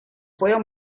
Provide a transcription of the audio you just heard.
fueron